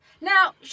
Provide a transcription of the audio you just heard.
Now